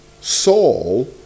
Saul